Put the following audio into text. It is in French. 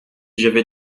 j’avais